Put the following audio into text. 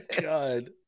God